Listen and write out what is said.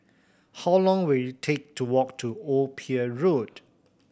how long will it take to walk to Old Pier Road